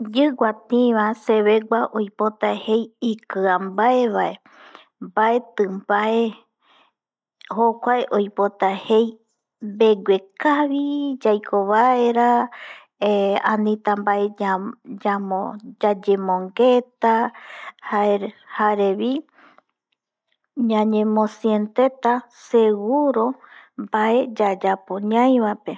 Yigua tii bae segua oipota jei ikia bae va, baeti bae jokuae oipota jei beguekavi yaiko baera eh anita bae yayemongueta jarevi ñañemosienteta seeguro bae yayapo ñai baepe